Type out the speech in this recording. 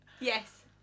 Yes